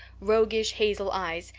roguish hazel eyes,